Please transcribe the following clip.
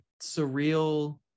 surreal